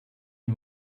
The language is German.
ihm